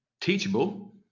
teachable